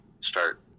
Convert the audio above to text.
start